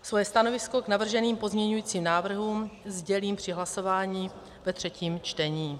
Svoje stanovisko k navrženým pozměňujícím návrhům sdělím při hlasování ve třetím čtení.